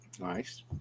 Nice